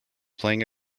playing